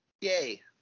Yay